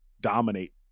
dominate